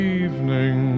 evening